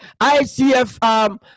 ICF